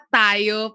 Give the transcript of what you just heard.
tayo